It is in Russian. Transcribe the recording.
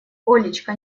олечка